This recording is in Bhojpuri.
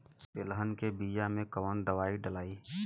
तेलहन के बिया मे कवन दवाई डलाई?